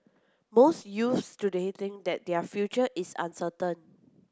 most youths today think that their future is uncertain